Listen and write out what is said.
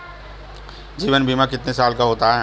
जीवन बीमा कितने साल का होता है?